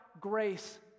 grace